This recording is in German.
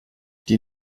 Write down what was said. die